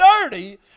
dirty